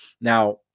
Now